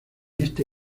este